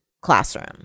classroom